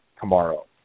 tomorrow